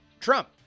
Trump